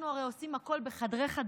אנחנו הרי עושים הכול בחדרי-חדרים,